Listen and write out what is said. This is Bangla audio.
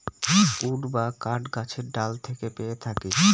উড বা কাঠ গাছের ডাল থেকে পেয়ে থাকি